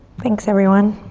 thanks everyone.